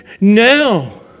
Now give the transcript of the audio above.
now